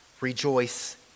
rejoice